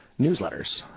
newsletters